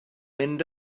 mynd